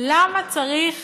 למה צריך